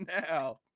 now